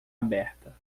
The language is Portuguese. aberta